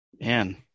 man